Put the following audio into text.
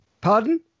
Pardon